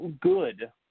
good